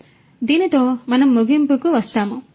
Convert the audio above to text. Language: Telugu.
కాబట్టి దీనితో మనం ముగింపుకు వస్తాము